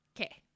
Okay